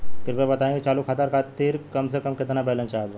कृपया बताई कि चालू खाता खातिर कम से कम केतना बैलैंस चाहत बा